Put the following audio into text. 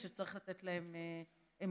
צריך לתת להם המשך,